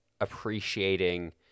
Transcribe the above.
appreciating